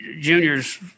Junior's